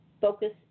focus